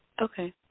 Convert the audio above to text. Okay